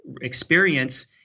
experience